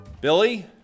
Billy